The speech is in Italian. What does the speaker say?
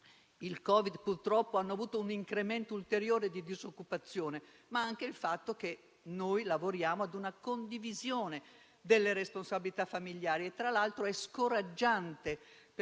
il Covid, purtroppo, hanno avuto un incremento ulteriore di disoccupazione, ma anche al fatto che lavoriamo a una condivisione delle responsabilità familiari. È scoraggiante,